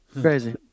Crazy